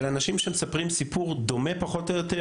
אנשים שמספרים סיפור דומה פחות או יותר,